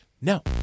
No